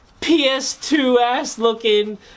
PS2-ass-looking